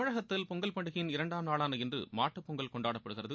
தமிழகத்தில் பொங்கல் பண்டிகையின் இரண்டாம் நாளான இன்று மாட்டுப் பொங்கல் கொண்டாடப்படுகிறது